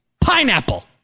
pineapple